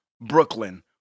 brooklyn